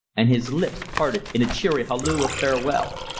and his lips parted in a cheery halloo of farewell.